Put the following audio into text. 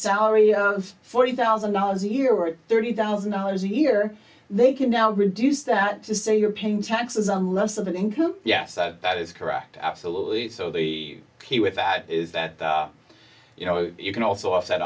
salary of forty thousand dollars a year or thirty thousand dollars a year they can now reduce that to say you're paying taxes unless of an income yes that is correct absolutely so the key with that is that you know you can also offset